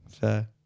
fair